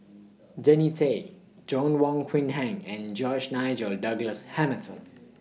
Jannie Tay Joanna Wong Quee Heng and George Nigel Douglas Hamilton